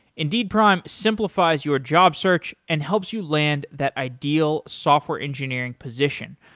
indeed prime simplifies your job search and helps you land that ideal software engineering position.